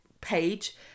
page